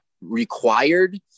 required